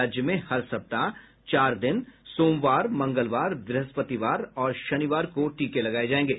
राज्य में हर सप्ताह चार दिन सोमवार मंगलवार ब्रहस्पतिवार और शनिवार को टीके लगाये जाएंगे